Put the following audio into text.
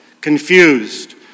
confused